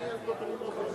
עושים צחוק מעבודה.